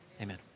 Amen